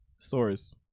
source